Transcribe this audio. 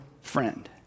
friend